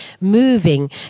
moving